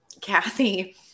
Kathy